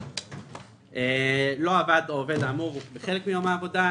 עקיף"; לא עבד העובד האמור בחלק מיום העבודה,